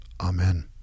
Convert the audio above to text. Amen